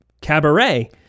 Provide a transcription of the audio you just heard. cabaret